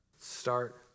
Start